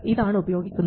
ഇതാണ് ഉപയോഗിക്കുന്നത്